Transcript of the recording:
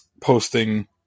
posting